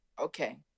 Okay